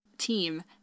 team